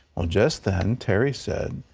um just then terry said,